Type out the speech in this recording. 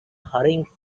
hurrying